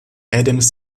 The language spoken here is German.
adams